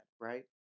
right